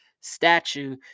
statue